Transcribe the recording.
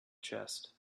chest